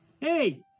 hey